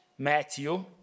Matthew